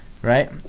Right